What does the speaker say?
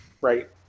right